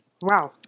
Wow